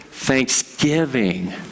Thanksgiving